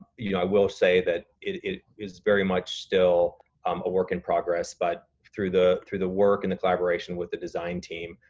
you know, i will say that it it is very much still um a work in progress, but through the, through the work and the collaboration with the design team,